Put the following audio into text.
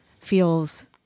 feels